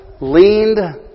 leaned